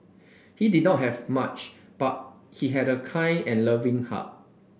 he did not have much but he had a kind and loving heart